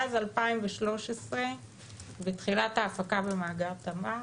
מאז 2013 ותחילת ההפקה במאגר תמר,